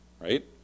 right